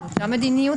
זו אותה מדיניות?